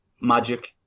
magic